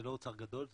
זה לא אוצר גדול,